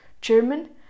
German